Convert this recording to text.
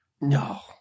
No